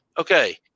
Okay